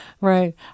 Right